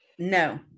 no